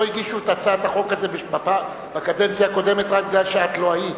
לא הגישו את הצעת החוק הזאת בקדנציה הקודמת רק מפני שאת לא היית.